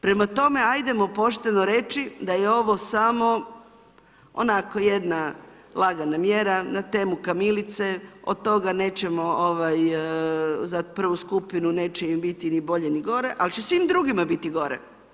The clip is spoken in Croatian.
Prema tome, ajdemo pošteno reći da je ovo samo onako jedna lagana mjera na temu kamilice, od toga za 1. skupinu neće im biti ni bolje ni gore ali će svim drugima biti gore.